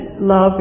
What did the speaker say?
love